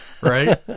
right